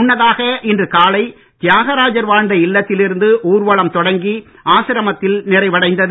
முன்னதாக இன்று காலை தியாகராஜர் வாழ்ந்த இல்லத்தில் இருந்து ஊர்வலம் தொடங்கி ஆசிரமத்தில் நிறைவடைந்தது